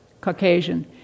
Caucasian